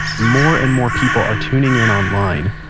more and more people are tuning in online.